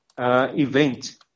event